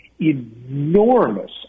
Enormous